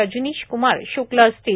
रजनीश क्मार श्क्ल असतील